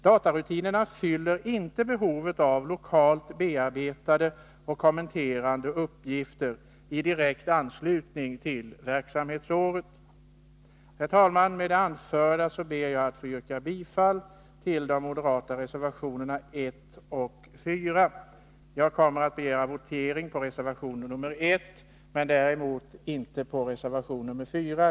Datarutinerna fyller inte behovet av lokalt bearbetade och kommenterade uppgifter i direkt anslutning till verksamhetsåret. Herr talman! Med det anförda ber jag att få yrka bifall till de moderata reservationerna 1 och 4. Jag kommer att begära votering beträffande reservation I men däremot inte beträffande reservation 4.